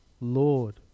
Lord